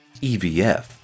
EVF